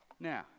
Now